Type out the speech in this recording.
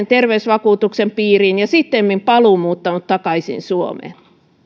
terveysvakuutuksen piiriin ja sittemmin paluumuuttanut takaisin suomeen